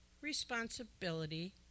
responsibility